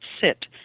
sit